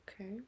okay